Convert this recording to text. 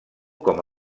com